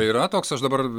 yra toks aš dabar